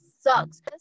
Sucks